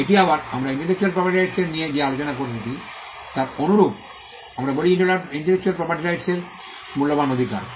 এটি আবার আমরা ইন্টেলেকচুয়াল প্রপার্টি রাইটস এর নিয়ে যে আলোচনা করেছি তার অনুরূপ আমরা বলি যে ইন্টেলেকচুয়াল প্রপার্টি রাইটস এর মূল্যবান অধিকার